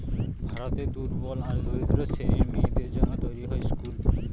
ভারতের দুর্বল আর দরিদ্র শ্রেণীর মেয়েদের জন্য তৈরী হয় স্কুল